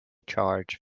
charge